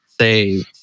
say